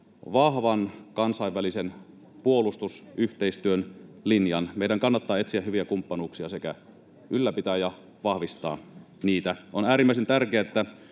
vahvan kansainvälisen puolustusyhteistyön linjan. Meidän kannattaa etsiä hyviä kumppanuuksia sekä ylläpitää ja vahvistaa niitä. On äärimmäisen tärkeää,